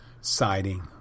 siding